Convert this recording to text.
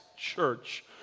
church